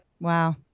Wow